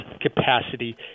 capacity